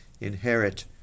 inherit